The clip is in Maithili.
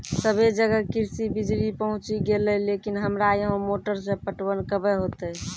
सबे जगह कृषि बिज़ली पहुंची गेलै लेकिन हमरा यहाँ मोटर से पटवन कबे होतय?